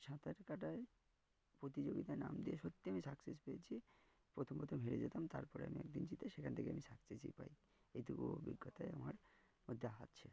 সাঁতার কাটার প্রতিযোগিতা নাম দিয়ে সত্যি আমি সাকসেস পেয়েছি প্রথম প্রথম হেরে যেতাম তারপরে আমি একদিন জিতে সেখান থেকে আমি সাকসেসই পাই এইটুকু অভিজ্ঞতায় আমার মধ্যে হাছে